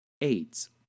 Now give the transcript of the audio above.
AIDS